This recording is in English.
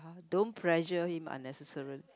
don't pressure him unnecessary